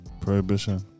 Prohibition